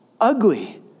ugly